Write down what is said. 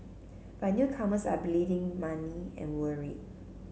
but newcomers are bleeding money and worried